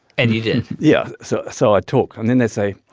and you did? yeah. so so i talk. and then they say,